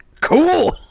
Cool